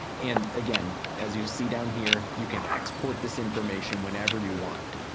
and, again, as you'll see down here, you can export this information whenever you want.